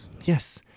Yes